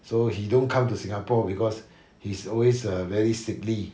so he don't come to singapore because he's always err very sickly